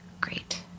Great